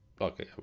okay